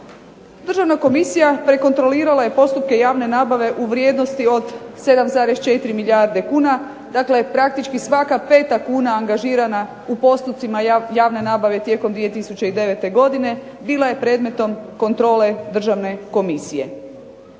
Državna komisija prekontrolirala je postupke javne nabave u vrijednosti od 7,4 milijarde kuna, dakle praktički svaka peta kuna angažirana u postupcima javne nabave tijekom 2009. godine bila je predmetom kontrole Državne komisije.